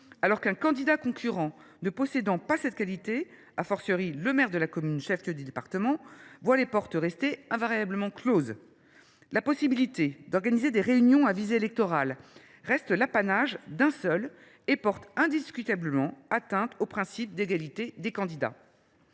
alors qu’un candidat concurrent qui ne possède pas cette qualité, s’il s’agit du maire de la commune chef lieu du département, voit les portes rester invariablement closes ? La possibilité d’organiser des réunions à visée électorale reste l’apanage d’un seul, ce qui porte indiscutablement atteinte au principe d’égalité des candidats.